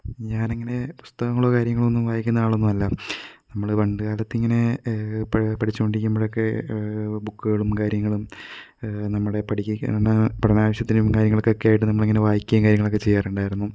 ഞാൻ ഇങ്ങനെ പുസ്തകങ്ങളോ കാര്യങ്ങളോ ഒന്നും വായിക്കുന്ന ആളൊന്നും അല്ല നമ്മള് പണ്ടുകാലത്ത് ഇങ്ങനെ പഠിച്ചുകൊണ്ട് ഇരിക്കുമ്പോഴൊക്കെ ബുക്കുകളും കാര്യങ്ങളും നമ്മുടെ പഠിക്കുകയൊക്കെ ആണ് പഠന ആവശ്യത്തിനും കാര്യങ്ങൾക്ക് ഒക്കെ ആയിട്ട് നമ്മൾ ഇങ്ങനെ വായിക്കുകയും കാര്യങ്ങൾ ഒക്കെ ചെയ്യാറുണ്ടായിരുന്നു